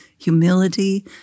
humility